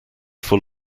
full